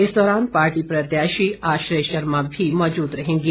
इस दौरान पार्टी प्रत्याशी आश्रय शर्मा भी मौजूद रहेंगे